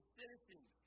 citizens